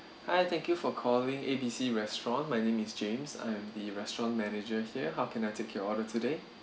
hi thank you for calling A B C restaurant my name is james I am the restaurant manager here how can I take your order today